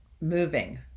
moving